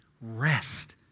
rest